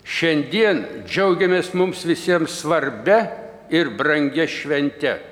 šiandien džiaugiamės mums visiems svarbia ir brangia švente